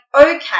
okay